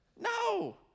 No